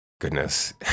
goodness